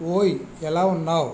ఓయ్ ఎలా ఉన్నావు